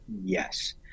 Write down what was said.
Yes